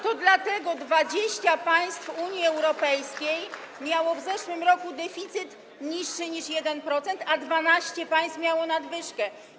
To dlatego 20 państw Unii Europejskiej miało w zeszłym roku deficyt niższy niż 1%, a 12 państw miało nadwyżkę.